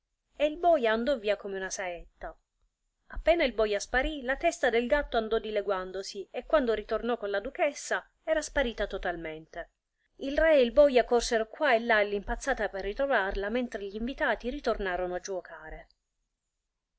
e il boja andò via come una saetta appena il boja sparì la testa del gatto andò dileguandosi e quando ritornò con la duchessa era sparita totalmente il re e il boja corsero quà e là all'impazzata per ritrovarla mentre gl'invitati ritornarono a giuocare